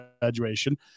graduation